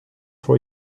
for